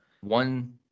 one